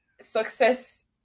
success